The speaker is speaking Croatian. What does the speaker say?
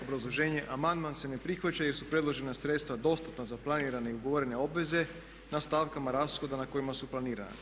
Obrazloženje, amandman se ne prihvaća jer su predložena sredstva dostatna za planirane i ugovorene obveze na stavkama rashoda na kojima su planirana.